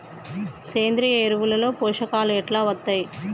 సేంద్రీయ ఎరువుల లో పోషకాలు ఎట్లా వత్తయ్?